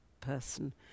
person